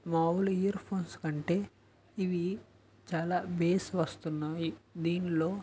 మాములు earphones కంటే ఇవి చాలా బేస్ వస్తున్నవి దీనిలో